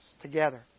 together